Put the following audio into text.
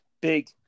Big